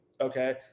okay